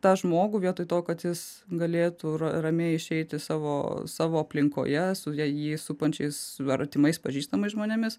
tą žmogų vietoj to kad jis galėtų ra ramiai išeiti savo savo aplinkoje su jį supančiais ar artimais pažįstamais žmonėmis